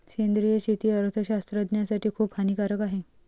सेंद्रिय शेती अर्थशास्त्रज्ञासाठी खूप हानिकारक आहे